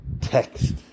text